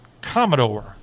commodore